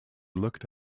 looked